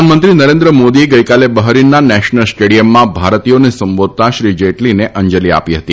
પ્રધાનમંત્રી નરેન્દ્ર મોદીએ ગઇકાલે બહરીનના નેશનલ સ્ટેડીયમમાં ભારતીયોને સંબોધતા શ્રી જેટલીને અંજલી આપી હતી